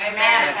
Amen